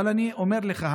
אבל אני אומר לך,